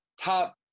top